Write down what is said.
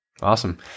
Awesome